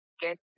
Get